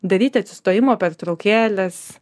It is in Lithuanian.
daryti atsistojimo pertraukėles